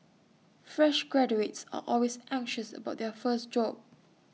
fresh graduates are always anxious about their first job